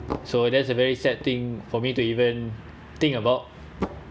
so that's a very sad thing for me to even think about